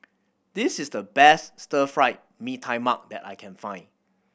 this is the best Stir Fried Mee Tai Mak that I can find